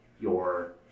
your-